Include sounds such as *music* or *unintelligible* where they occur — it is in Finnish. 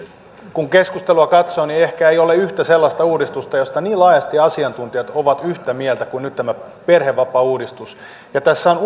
kun keskustelua katsoo niin ehkä ei ole yhtä sellaista uudistusta josta niin laajasti asiantuntijat ovat yhtä mieltä kuin nyt tämä perhevapaauudistus ja tässä on *unintelligible*